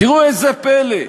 תראו איזה פלא,